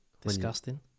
Disgusting